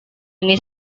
ini